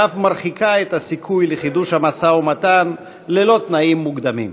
ואף מרחיקה את הסיכוי לחידוש המשא-ומתן ללא תנאים מוקדמים.